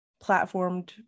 platformed